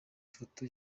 foto